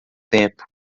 tempo